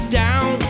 down